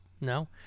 no